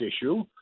issue